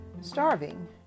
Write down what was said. starving